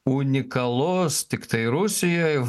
unikalus tiktai rusijoj